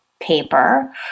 paper